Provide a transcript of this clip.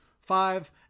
Five